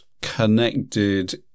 connected